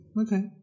Okay